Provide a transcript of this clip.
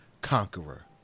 conqueror